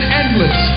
endless